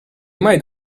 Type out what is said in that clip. might